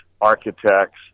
architects